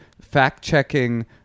fact-checking